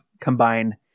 combine